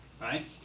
right